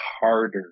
harder